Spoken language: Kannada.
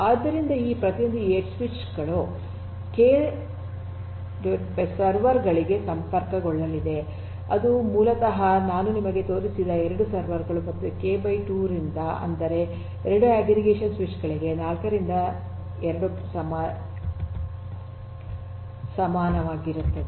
ಆದ್ದರಿಂದ ಈ ಪ್ರತಿಯೊಂದು ಎಡ್ಜ್ ಸ್ವಿಚ್ ಗಳು ಕೆ 2 ಸರ್ವರ್ ಗಳಿಗೆ ಸಂಪರ್ಕಗೊಳ್ಳಲಿವೆ ಅವು ಮೂಲತಃ ನಾನು ನಿಮಗೆ ತೋರಿಸಿದ 2 ಸರ್ವರ್ ಗಳು ಮತ್ತು ಕೆ 2 ರಿಂದ ಅಂದರೆ 2 ಅಗ್ರಿಗೇಷನ್ ಸ್ವಿಚ್ ಗಳಿಗೆ 4 2 ಸಮಾನವಾಗಿರುತ್ತದೆ